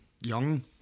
young